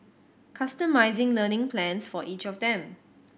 customising learning plans for each of them